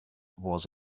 was